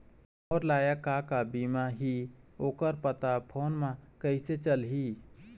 मोर लायक का का बीमा ही ओ कर पता फ़ोन म कइसे चलही?